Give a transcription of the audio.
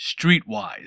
Streetwise